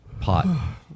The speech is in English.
Pot